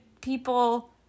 people